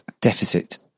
deficit